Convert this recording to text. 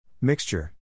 Mixture